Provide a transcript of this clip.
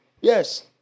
Yes